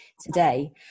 today